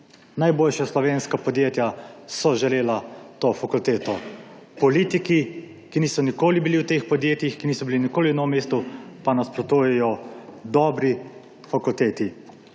Najboljša slovenska podjetja so želela to fakulteto. Politiki, ki niso nikoli bili v teh podjetjih, ki niso bili nikoli v Novem mestu, pa nasprotujejo dobri fakulteti.